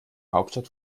hauptstadt